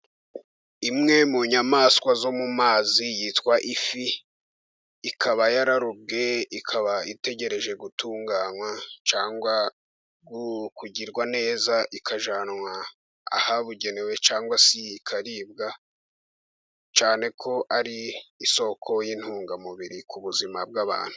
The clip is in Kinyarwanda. Imwe mu nyamaswa zo mu mazi yitwa ifi, ikaba yararobwe ikaba itegereje gutunganywa cyangwa kugirwa neza, ikajyanwa ahabugenewe cyangwa se ikaribwa, cyane ko ari isoko y'intungamubiri ku buzima bw'abantu.